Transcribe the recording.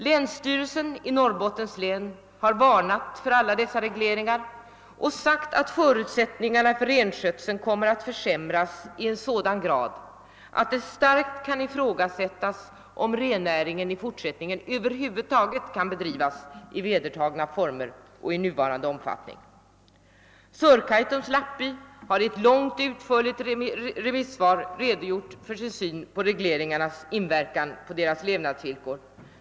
Länsstyrcelsen i Norrbottens län har varnat för alla dessa regleringar och sagt att förut sättningarna för renskötseln kommer att försämras i sådan grad att det starkt kan ifrågasättas om rennäringen i fortsättningen över huvud taget kan bedrivas i vedertagna former och i nuvarande omfattning. Sörkaitums lappby har i ett långt och utförligt remissvar redogjort för sin uppfattning om regleringarnas inverkan på samernas levnadsvillkor.